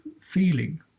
feeling